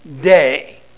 day